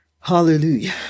Hallelujah